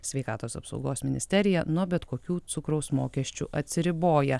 sveikatos apsaugos ministerija nuo bet kokių cukraus mokesčių atsiriboja